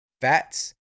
fats